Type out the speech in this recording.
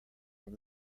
from